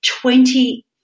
Twenty